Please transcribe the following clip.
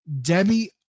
Debbie